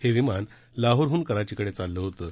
हे विमान लोहारहून कराचीकडे चाललं होतं